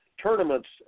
Tournaments